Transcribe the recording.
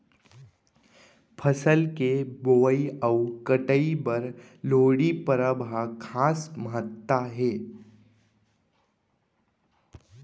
फसल के बोवई अउ कटई बर लोहड़ी परब ह खास महत्ता हे